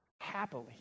happily